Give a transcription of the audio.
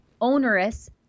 onerous